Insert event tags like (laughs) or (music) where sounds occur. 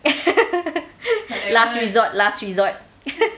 (laughs) last resort last resort (laughs)